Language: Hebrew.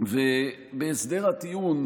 בהסדר הטיעון,